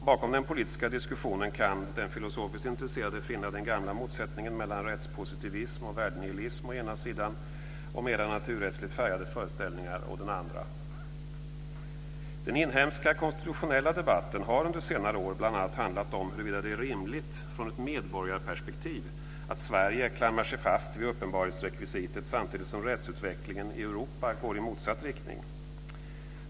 Bakom den politiska diskussionen kan den filosofiskt intresserade finna den gamla motsättningen mellan rättspositivism och värdenihilism å ena sidan, och mera naturrättsligt färgade föreställningar å den andra. Den inhemska konstitutionella debatten har under senare år bl.a. handlat om huruvida det är rimligt från ett medborgarperspektiv att Sverige klamrar sig fast vid uppenbarhetsrekvisitet samtidigt som rättsutvecklingen i Europa går i motsatt riktning.